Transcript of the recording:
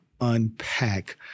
unpack